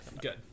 Good